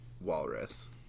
walrus